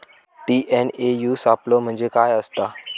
TNAU सापलो म्हणजे काय असतां?